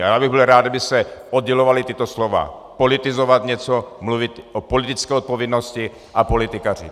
A já bych byl rád, kdyby se oddělovala tato slova: politizovat něco, mluvit o politické odpovědnosti, a politikařit.